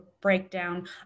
breakdown